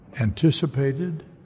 anticipated